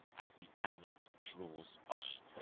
as the adamant draws iron.